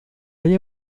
hay